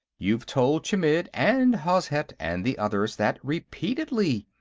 you've told chmidd and hozhet and the others that, repeatedly.